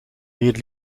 meer